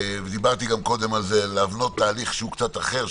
ודיברתי גם קודם על זה להבנות תהליך שהוא קצת אחר,